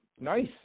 Nice